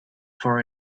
for